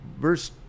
verse